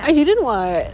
I didn't [what]